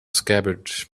scabbard